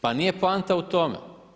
Pa nije poanta u tome.